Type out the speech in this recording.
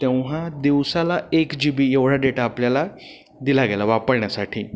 तेव्हा दिवसाला एक जी बी एवढा डेटा आपल्याला दिला गेला वापरण्यासाठी